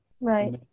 Right